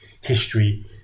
history